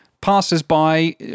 passers-by